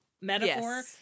metaphor